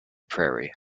prairie